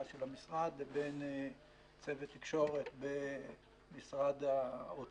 של המשרד לבין צוות תקשורת באגף תקציבים במשרד האוצר.